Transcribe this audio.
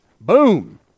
Boom